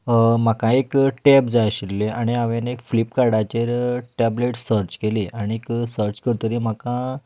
म्हाका एक टॅब जाय आशिल्ली आनी हांवें एक फि्लपकार्टाचेर टॅबलेट सर्च केली आनी सर्च करतकच म्हाका